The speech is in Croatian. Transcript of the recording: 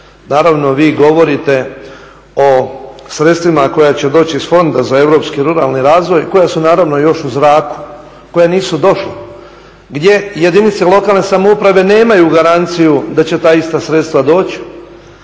Naravno, vi govorite o sredstvima koja će doći iz fonda za Europski ruralni razvoj koja su naravno još u zraku, koja nisu došla, gdje jedinice lokalne samouprave nemaju garanciju da će ta ista sredstva doći,